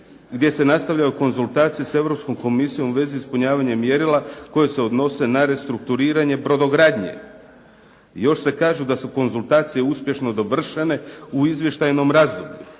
gdje se nastavljaju konzultacije sa Europskom komisijom u vezi ispunjavanja mjerila koja se odnose na restrukturiranje brodogradnje. Još se kaže da su konzultacije uspješno dovršene u izvještajnom razdoblju.